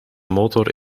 motor